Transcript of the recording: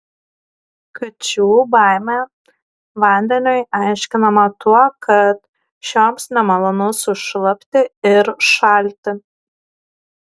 kačių baimė vandeniui aiškinama tuo kad šioms nemalonu sušlapti ir šalti